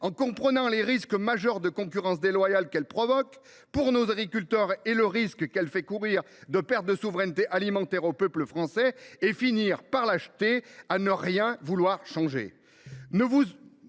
en comprenant les risques majeurs de concurrence déloyale qu’elle provoque pour nos agriculteurs et les risques de perte de souveraineté alimentaire qu’elle fait courir au peuple français et finir, par lâcheté, à ne rien vouloir changer